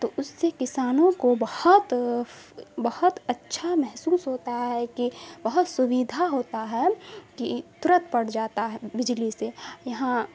تو اس سے کسانوں کو بہت بہت اچھا محسوس ہوتا ہے کہ بہت سویدھا ہوتا ہے کہ تورت پڑ جاتا ہے بجلی سے یہاں